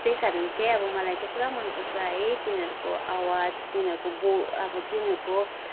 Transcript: त्यही कारण चाहिँ अब मलाई चाहिँ पुरा मन पर्छ है तिनीहरूको आवाज तिनीहरूको बो अब तिनीहरूको